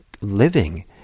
living